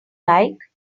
like